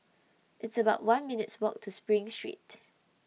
It's about one minutes' Walk to SPRING Street